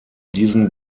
diesem